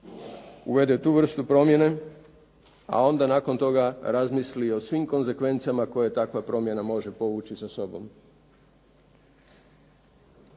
uvede tu vrstu promjene, a onda nakon toga razmisli o svim konsekvencama koje takva promjena može povući sa sobom.